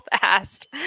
fast